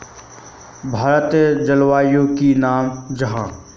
भारतेर जलवायुर की नाम जाहा?